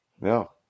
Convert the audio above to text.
No